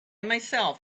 myself